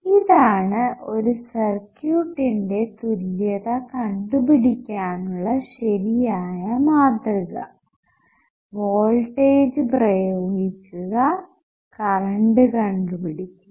ഇതാണ് ഒരു സർക്യൂട്ടിന്റെ തുല്യത കണ്ടുപിടിക്കാനുള്ള ശെരിയായ മാതൃക വോൾടേജ് പ്രയോഗിക്കുക കറണ്ട് കണ്ടുപിടിക്കുക